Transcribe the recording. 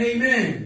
Amen